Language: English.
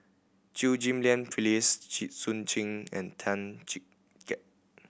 Chew Ghim Lian Phyllis Jit Koon Ch'ng and Tan Chee Teck